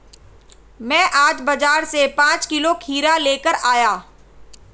मैं आज बाजार से पांच किलो खीरा लेकर आया